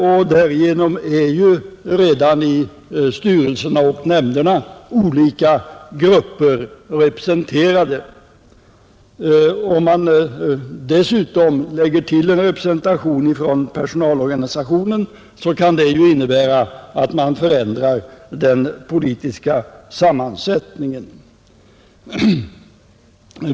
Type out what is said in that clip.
Olika grupper är därför redan representerade i styrelserna och nämnderna, och om man därtill lägger in en representation från personalorganisationen, kan det ju innebära att den politiska sammansättningen förändras.